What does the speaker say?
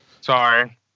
Sorry